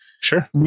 sure